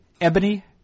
ebony